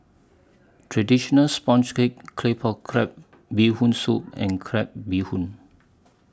Traditional Sponges Cake Claypot Crab Bee Hoon Soup and Crab Bee Hoon